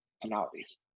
personalities